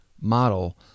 model